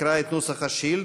יקרא את נוסח השאילתה.